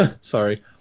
Sorry